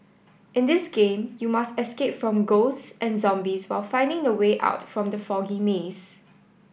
in this game you must escape from ghosts and zombies while finding the way out from the foggy maze